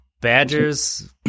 Badgers